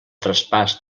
traspàs